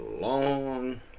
long